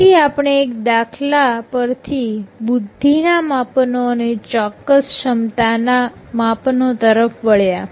તેથી આપણે એક દાખલા પરથી બુદ્ધિ ના માપનો અને ચોક્કસ ક્ષમતાના માપનો તરફ વળ્યાં